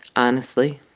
honestly,